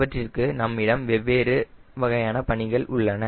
இவற்றிற்கு நம்மிடம் வெவ்வேறு வகையான பணிகள் உள்ளன